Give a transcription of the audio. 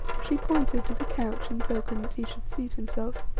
she pointed to the couch in token that he should seat himself.